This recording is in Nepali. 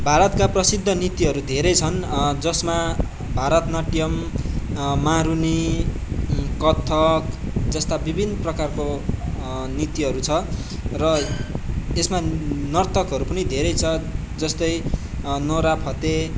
भारतका प्रसिद नृत्यहरू धेरै छन् जसमा भारत नाट्यम् मारूनी कथक जस्ता विभिन्न प्रकारको नृत्यहरू छ र यसमा नर्तकहरू पनि धेरै छ जस्तै नोरा फत्तेह